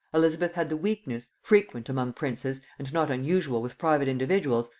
elizabeth had the weakness, frequent among princes and not unusual with private individuals,